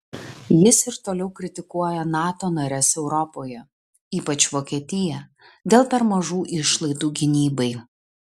jis ir toliau kritikuoja nato nares europoje ypač vokietiją dėl per mažų išlaidų gynybai